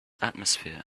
atmosphere